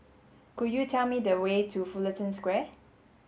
could you tell me the way to Fullerton Square